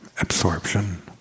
absorption